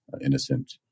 innocent